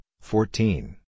fourteen